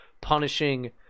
punishing